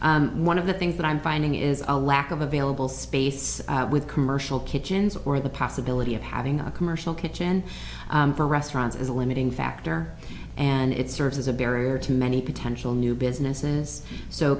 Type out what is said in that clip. ski one of the things that i'm finding is a lack of available space with commercial kitchens or the possibility of having a commercial kitchen for restaurants is a limiting factor and it serves as a barrier to many potential new businesses so